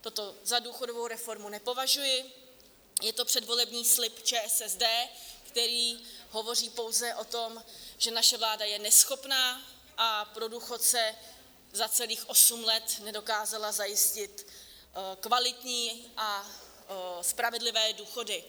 Toto za důchodovou reformu nepovažuji, je to předvolební slib ČSSD, který hovoří pouze o tom, že naše vláda je neschopná a pro důchodce za celých osm let nedokázala zajistit kvalitní a spravedlivé důchody.